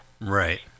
Right